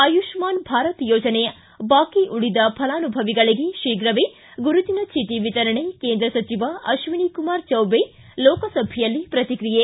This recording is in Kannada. ಆಯುಷಮಾನ್ ಭಾರತ ಯೋಜನೆ ಬಾಕಿ ಉಳಿದ ಫಲಾನುಭವಿಗಳಿಗೆ ಶೀಘವೇ ಗುರುತಿನ ಚೀಟಿ ವಿಶರಣೆ ಕೇಂದ್ರ ಸಚಿವ ಅಶ್ವಿನಿ ಕುಮಾರ್ ಚೌಬೆ ಲೋಕಸಭೆಯಲ್ಲಿ ಪ್ರತಿಕ್ರಿಯೆ